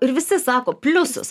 ir visi sako pliusus